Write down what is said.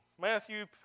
Matthew